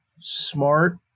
smart